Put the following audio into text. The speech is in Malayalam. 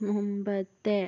മുമ്പത്തെ